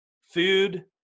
food